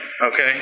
Okay